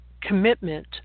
commitment